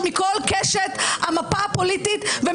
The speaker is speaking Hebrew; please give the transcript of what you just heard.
אין לי ארץ אחרת גם אם אדמתי בוערת --- בוקר טוב,